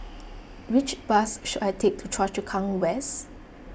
which bus should I take to Choa Chu Kang West